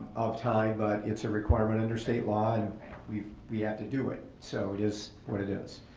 of time, but it's a requirement under state law and we we have to do it. so it is what it is.